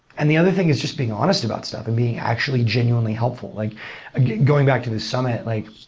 and the other thing is just being honest about stuff and being actually genuinely helpful. like ah going back to the summit, like